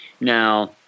Now